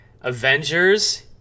avengers